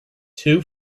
two